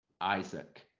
Isaac